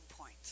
point